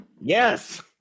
Yes